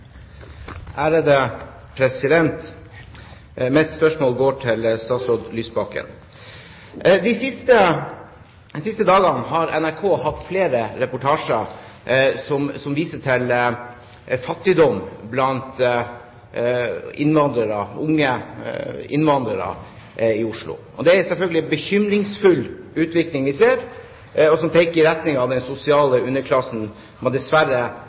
Mitt spørsmål går til statsråd Lysbakken. De siste dagene har NRK hatt flere reportasjer som viser til fattigdom blant unge innvandrere i Oslo. Det er selvfølgelig en bekymringsfull utvikling vi ser, som peker i retning av at en sosial underklasse dessverre